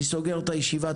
אני סוגר את הישיבה.